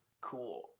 Cool